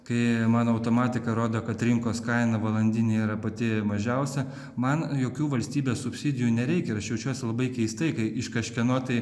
kai mano automatika rodo kad rinkos kaina valandinė yra pati mažiausia man jokių valstybės subsidijų nereikia ir aš jaučiuosi labai keistai kai iš kažkieno tai